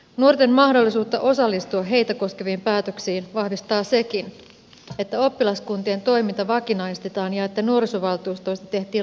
nuorten mahdollisuutta osallistua heitä koskeviin päätöksiin vahvistaa sekin että oppilaskuntien toiminta vakinaistetaan ja että nuorisovaltuustoista tehtiin lakisääteisiä